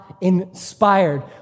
inspired